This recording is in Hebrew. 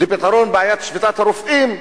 לפתרון בעיית שביתת הרופאים,